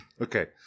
Okay